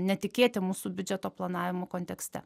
netikėti mūsų biudžeto planavimo kontekste